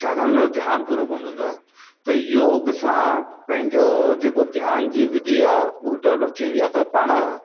छाकाणि हुन जो ध्यानु पूरो कोन हूंदो आहे त योग सां पंहिंजो जेको ध्यान जी विधी आहे उहो डव्लप थींदी आहे त पाण